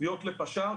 תביעות לפש"ר,